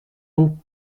donc